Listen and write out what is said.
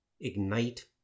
Ignite